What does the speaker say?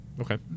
Okay